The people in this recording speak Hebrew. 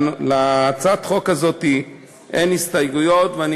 להצעת החוק הזאת אין הסתייגויות, ואני